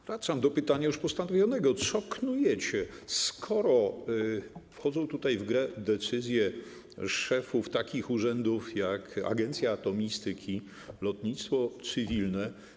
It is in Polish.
Wracam do pytania już postawionego: Co knujecie, skoro wchodzą tutaj w grę decyzje szefów takich urzędów jak agencja atomistyki, lotnictwo cywilne?